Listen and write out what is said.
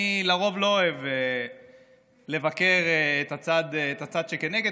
אני לרוב לא אוהב לבקר את הצד שכנגד,